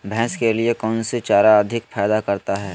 भैंस के लिए कौन सी चारा अधिक फायदा करता है?